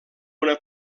una